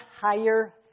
higher